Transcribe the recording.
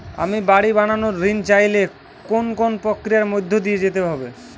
আমি বাড়ি বানানোর ঋণ চাইলে কোন কোন প্রক্রিয়ার মধ্যে দিয়ে যেতে হবে?